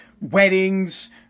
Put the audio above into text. weddings